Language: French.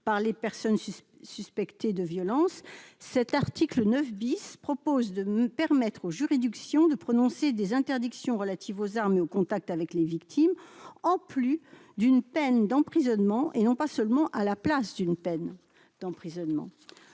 par les personnes suspectées de violence cet article 9 bis propose de me permettre aux juridictions de prononcer des interdictions relatives aux armes et au contact avec les victimes, en plus d'une peine d'emprisonnement et non pas seulement à la place d'une peine d'emprisonnement